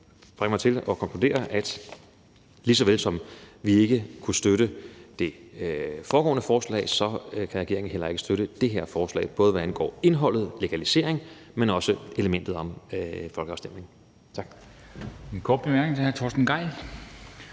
mig til at konkludere, at lige så vel som vi ikke kunne støtte det foregående forslag, kan regeringen heller ikke støtte det her forslag, hverken hvad angår indholdet om legalisering eller elementet om folkeafstemning. Tak.